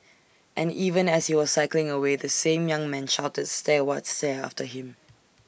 and even as he was cycling away the same young man shouted stare what stare after him